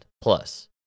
plus